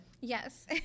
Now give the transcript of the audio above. Yes